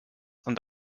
und